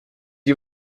you